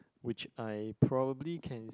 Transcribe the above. which I probably can